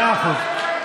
מאה אחוז.